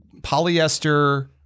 polyester